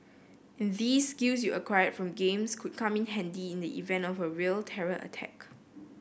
and these skills you acquired from games could come in handy in the event of a real terror attack